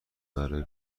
برای